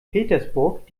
petersburg